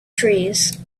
trees